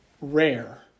rare